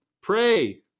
pray